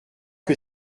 que